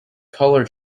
colour